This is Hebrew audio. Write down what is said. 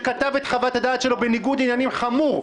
שכתב את חוות הדעת שלו תוך ניגוד עניינים חמור,